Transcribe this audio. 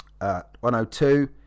102